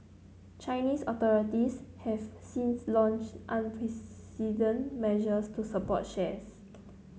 Chinese authorities have since launched unprecedented measures to support shares